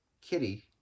Kitty